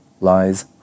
Lies